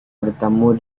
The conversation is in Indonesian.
bertemu